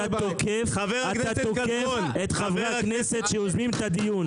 אתה תוקף את חברי הכנסת שיוזמים את הדיון.